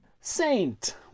Saint